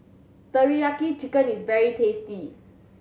teriyaki chicken is very tasty